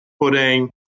putting